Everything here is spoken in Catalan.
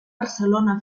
barcelona